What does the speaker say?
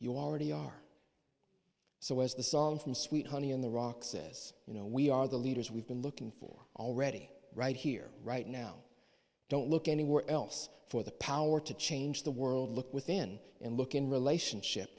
you already are so as the song from sweet honey in the rock says you know we are the leaders we've been looking for already right here right now don't look anywhere else for the power to change the world look within and look in relationship